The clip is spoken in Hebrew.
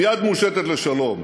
עם יד מושטת לשלום,